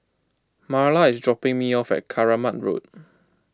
Marla is dropping me off at Keramat Road